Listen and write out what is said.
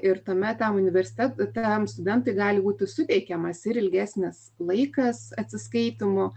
ir tuomet tam universitetams studentui gali būti suteikiamas ir ilgesnis laikas atsiskaitymo